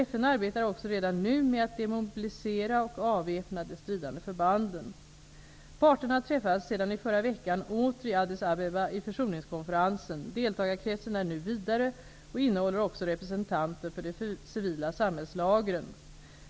FN arbetar också redan nu med att demobilisera och avväpna de stridande förbanden. Parterna träffas sedan i förra veckan åter i Addis Abeba i försoningskonferensen. Deltagarkretsen är nu vidare och innehåller också representanter för de civila samhällslagren.